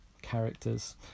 Characters